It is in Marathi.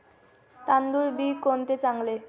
तांदूळ बी कोणते चांगले?